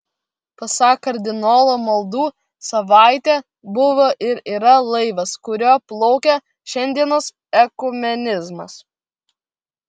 pasak kardinolo maldų savaitė buvo ir yra laivas kuriuo plaukia šiandienos ekumenizmas